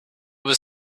was